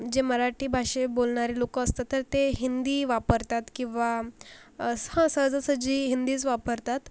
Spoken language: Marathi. जे मराठी भाषा बोलणारे लोक असतात तर ते हिंदी वापरतात किंवा हं सहजासहजी हिंदीच वापरतात